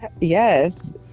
yes